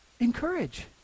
Encourage